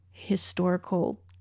historical